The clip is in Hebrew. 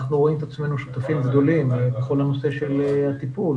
אנחנו רואים את עצמנו שותפים גדולים בכל הנושא של הטיפול,